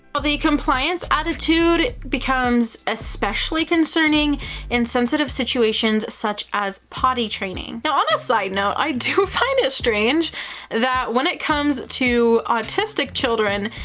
the compliance attitude becomes especially concerning in sensitive situations such as potty training. now, on a side note, i do find it strange that when it comes to autistic children,